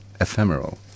ephemeral